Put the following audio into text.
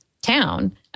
town